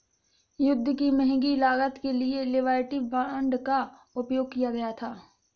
युद्ध की महंगी लागत के लिए लिबर्टी बांड का उपयोग किया गया था